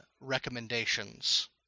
recommendations